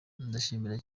ndashimira